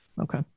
Okay